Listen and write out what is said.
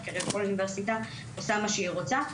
כי כרגע כל אוניברסיטה עושה מה שהיא רוצה,